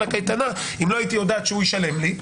לקייטנה אם לא הייתי יודעת שהוא ישלם לי,